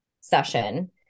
session